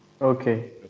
Okay